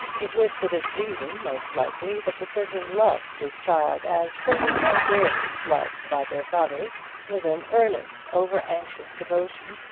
it was for this reason, most likely, that the surgeon loved his child as children are rarely loved by their fathers with an earnest, over-anxious devotion,